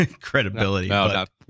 credibility